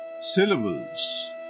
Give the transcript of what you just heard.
syllables